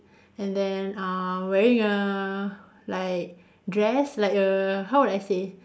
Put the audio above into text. and then uh wearing a like dress like a how would I say